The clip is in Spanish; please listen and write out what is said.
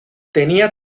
tenía